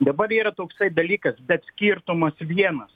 dabar yra toksai dalykas bet skirtumas vienas